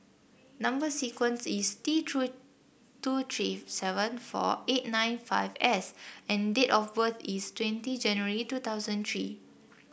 number sequence is T true two three seven four eight nine five S and date of birth is twenty January two thousand three